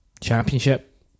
Championship